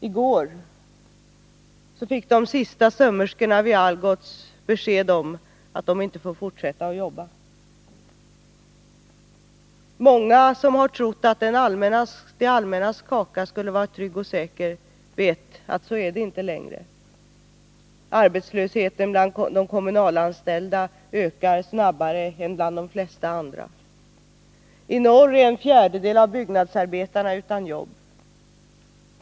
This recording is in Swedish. I går fick de sista sömmerskorna vid Algots besked om att de inte får fortsätta att jobba där. Många som har trott att det allmännas kaka skulle vara trygg och säker vet att det inte längre är så. Arbetslösheten bland de kommunalanställda ökar snabbare än bland de flesta andra yrkeskategorier. I norr är en fjärdedel av byggnadsarbetarna utan jobb.